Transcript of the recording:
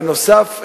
בנוסף,